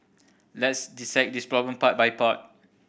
let's dissect this problem part by part